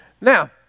Now